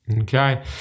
Okay